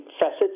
facets